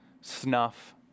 snuff